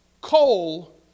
coal